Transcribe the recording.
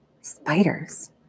spiders